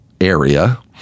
area